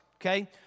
okay